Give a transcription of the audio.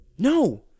No